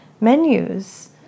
menus